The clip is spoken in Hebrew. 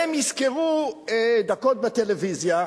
והם ישכרו דקות בטלוויזיה,